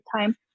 time